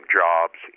jobs